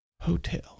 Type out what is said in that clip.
hotel